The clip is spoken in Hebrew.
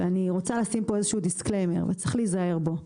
ואני רוצה לשים פה איזה שהוא disclaimer וצריך להיזהר בו,